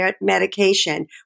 medication